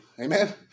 amen